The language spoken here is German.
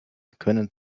können